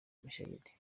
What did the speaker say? mushayidi